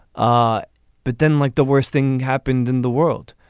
ah but then like the worst thing happened in the world,